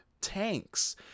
tanks